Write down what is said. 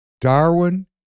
Darwin